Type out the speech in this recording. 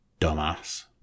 Dumbass